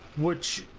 which